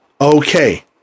Okay